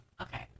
Okay